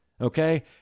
Okay